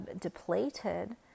depleted